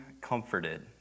comforted